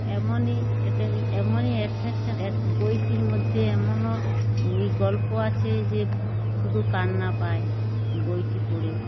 এমনই এক এমনই এক এক এক বইটির মধ্যে এমনও ওই গল্প আছে যে শুধু কান্না পায় বইটি পড়ে